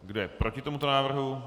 Kdo je proti tomuto návrhu?